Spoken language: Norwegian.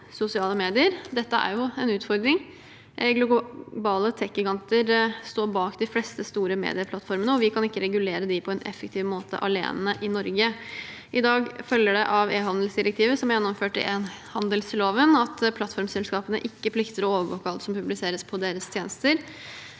Dette er jo en utfordring. Globale tek-giganter står bak de fleste store medieplattformene, og vi kan ikke regulere dem på en effektiv måte alene i Norge. I dag følger det av ehandelsdirektivet, gjennomført i ehandelsloven, at plattformselskapene ikke plikter å overvåke alt som publiseres på deres tjenester.